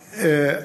החינוך.